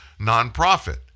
nonprofit